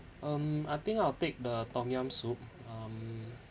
um I think I will take the tom yum soup um